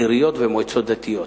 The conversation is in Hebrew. עיריות ומועצות דתיות.